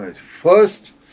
first